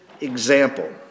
example